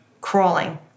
crawling